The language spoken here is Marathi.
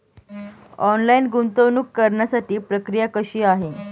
ऑनलाईन गुंतवणूक करण्यासाठी प्रक्रिया कशी आहे?